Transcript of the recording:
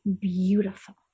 beautiful